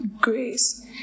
grace